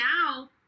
now